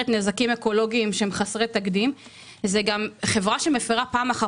נזקים אקולוגיים חסרי תקדים; זה גם חברה שמפרה פעם אחר